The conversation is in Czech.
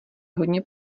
hodně